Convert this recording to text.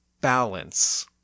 balance